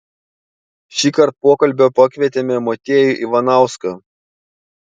šįkart pokalbio pakvietėme motiejų ivanauską